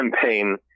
campaign